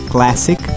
Classic